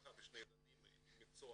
משפחה ושני ילדים עם מקצוע